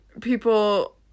people